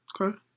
Okay